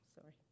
sorry